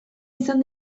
izan